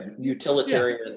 utilitarian